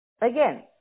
again